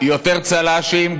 יותר צל"שים.